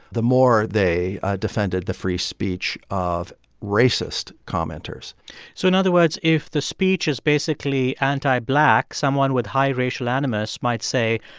the more they defended the free speech of racist commenters commenters so in other words, if the speech is basically anti-black, someone with high racial animus might say,